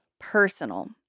personal